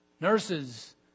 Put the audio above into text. nurses